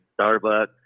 Starbucks